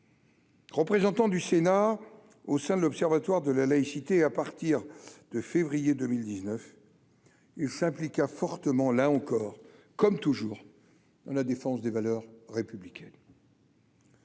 Représentant du Sénat au sein de l'Observatoire de la laïcité, à partir de février 2019 il s'appliqua fortement, là encore, comme toujours, on la défense des valeurs républicaines.